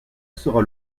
sera